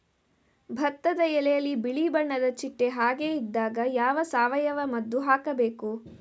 ಭತ್ತದ ಎಲೆಯಲ್ಲಿ ಬಿಳಿ ಬಣ್ಣದ ಚಿಟ್ಟೆ ಹಾಗೆ ಇದ್ದಾಗ ಯಾವ ಸಾವಯವ ಮದ್ದು ಹಾಕಬೇಕು?